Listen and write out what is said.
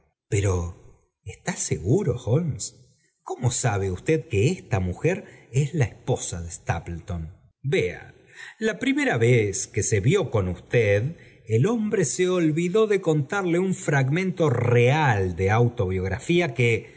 ero está seguro holmes cómo sabe usted que esta mujer es la esposa de stapleton vea la primera vez que se vió con usted hombre se olvidó de contarle un fragmento real de autobiografía que